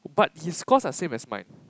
but his course are same as mine